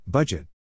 Budget